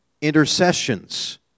intercessions